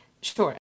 Sure